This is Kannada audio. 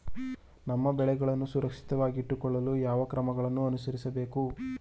ನಮ್ಮ ಬೆಳೆಗಳನ್ನು ಸುರಕ್ಷಿತವಾಗಿಟ್ಟು ಕೊಳ್ಳಲು ಯಾವ ಕ್ರಮಗಳನ್ನು ಅನುಸರಿಸಬೇಕು?